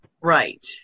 Right